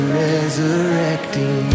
resurrecting